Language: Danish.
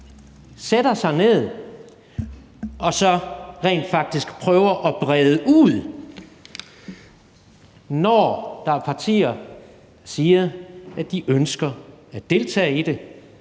sætter sig ned og rent faktisk prøver at brede det ud. Når der er partier, der siger, de ønsker at deltage i det,